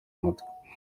umutwe